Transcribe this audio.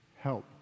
help